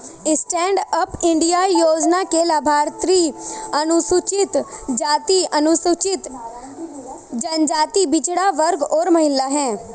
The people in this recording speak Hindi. स्टैंड अप इंडिया योजना के लाभार्थी अनुसूचित जाति, अनुसूचित जनजाति, पिछड़ा वर्ग और महिला है